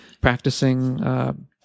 practicing